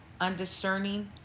undiscerning